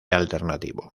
alternativo